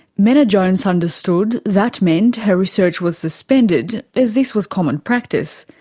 menna jones understood that meant her research was suspended, as this was common practice.